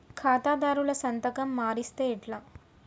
ఖాతాదారుల సంతకం మరిస్తే ఎట్లా?